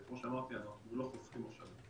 וכמו שאמרתי אנחנו לא חוסכים משאבים.